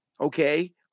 okay